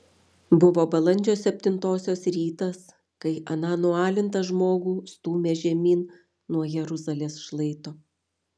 buvo balandžio septintosios rytas kai aną nualintą žmogų stūmė žemyn nuo jeruzalės šlaito